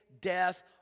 death